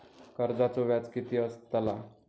कर्जाचो व्याज कीती असताला?